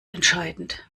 entscheidend